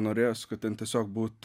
norėjosi kad ten tiesiog būt